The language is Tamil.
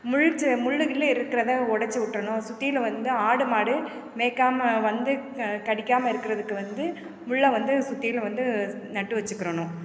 முள் செ முள் கிள்ளு இருக்கிறதை உடச்சி விட்றணும் சுற்றிலும் வந்து ஆடு மாடு மேய்க்காமல் வந்து கடிக்காமல் இருக்கிறதுக்கு வந்து முள்ளை வந்து சுற்றிலும் வந்து நட்டு வச்சிக்கிறணும்